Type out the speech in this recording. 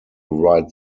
write